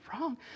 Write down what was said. wrong